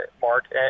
Mark